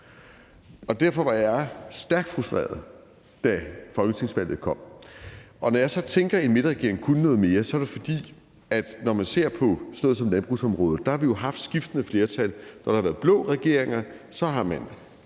Derfor var jeg stærkt frustreret, da folketingsvalget kom. Og når jeg så tænker, at en midterregering kunne noget mere, er grunden, at når man ser på sådan noget som landbrugsområdet – der har vi jo haft skiftende flertal, og når der har været blå regeringer, har man